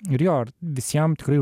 ir jo visiem tikrai